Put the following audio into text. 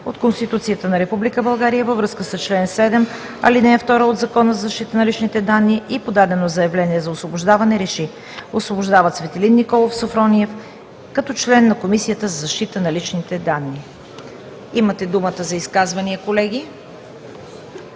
от Конституцията на Република България, във връзка с чл. 7, ал. 2 от Закона за защита на личните данни и подадено заявление за освобождаване РЕШИ: Освобождава Цветелин Николов Софрониев като член на Комисията за защита на личните данни.“ Колеги, имате думата за изказвания. Не